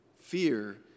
Fear